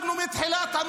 שכחת את אלה שרצחו את